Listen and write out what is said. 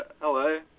Hello